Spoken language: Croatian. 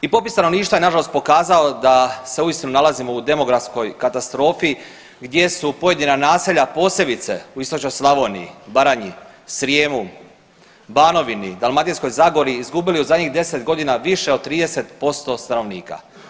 I popis stanovništva je nažalost pokazao da se uistinu nalazimo u demografskoj katastrofi gdje su pojedina naselja posebice u istočnoj Slavoniji, Baranji, Srijemu, Banovini, Dalmatinskoj zagori izgubili u zadnjih 10 godina više od 30% stanovnika.